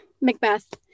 Macbeth